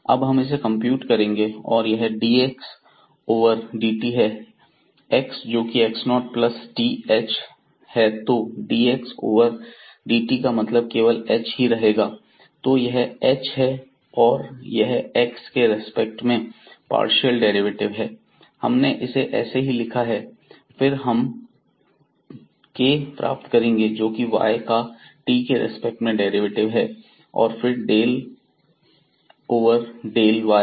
अब हम इसे कंप्यूट करेंगे और यह dx ओवर dt है तो x जोकि x0 प्लस th है तो dx ओवर dt का मतलब केवल h ही रहेगा तो यह h है और यह x के रेस्पेक्ट में पार्शियल डेरिवेटिव है हमने इसे ऐसे ही लिखा है फिर हम k प्राप्त करेंगे जोकि y का t के रिस्पेक्ट में डेरिवेटिव है और फिर डेल ओवर डेल y